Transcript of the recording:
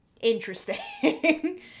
interesting